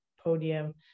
podium